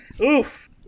Oof